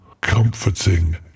comforting